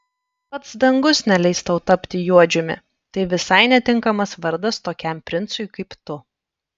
pats dangus neleis tau tapti juodžiumi tai visai netinkamas vardas tokiam princui kaip tu